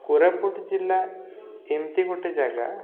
କୋରାପୁଟ ଜିଲ୍ଲା ଏମିତି ଗୋଟେ ଜାଗା